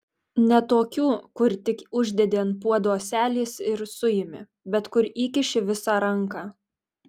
ne tokių kur tik uždedi ant puodo ąselės ir suimi bet kur įkiši visą ranką